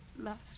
last